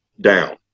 down